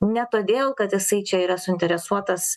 ne todėl kad jisai čia yra suinteresuotas